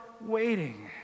waiting